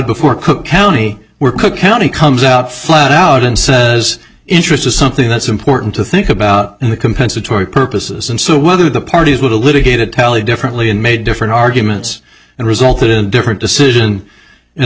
before cook county where cook county comes out flat out and says interest is something that's important to think about and the compensatory purposes and so whether the parties would a litigator tell it differently and made different arguments and resulted in a different decision in